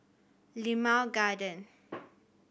Limau Garden